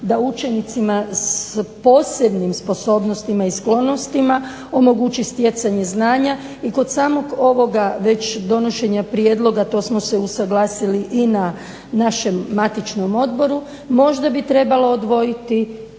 da učenicima s posebnim sposobnostima i sklonostima omogući stjecanje znanja i kod samog ovoga donošenja prijedloga to smo se usuglasili i na našem matičnom odboru, možda bi trebalo odvojiti